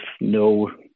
no